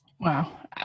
Wow